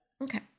Okay